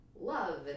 love